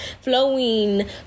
flowing